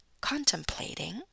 contemplating